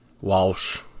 Walsh